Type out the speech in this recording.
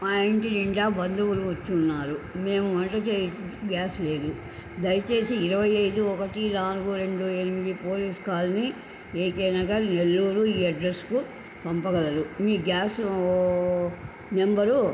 మా ఇంటి నిండా బంధువులు వచ్చున్నారు మేము వంట చే గ్యాస్ లేదు దయచేసి ఇరవై ఐదు ఒకటి నాలుగు రెండు ఎనిమిది police colony AK Nagar Nellore ఈ అడ్రస్కు పంపగలరు మీ గ్యాసూ నెంబరు